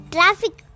Traffic